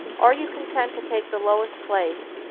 are you content to take the lowest place,